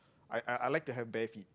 I I I like to have bare feet